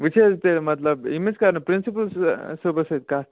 وۄنۍ چھِ حظ مطلب ییٚمِس حظ کَرٕنۍ پرنسپٕل صٲبس سۭتۍ کَتھ